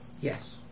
yes